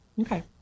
Okay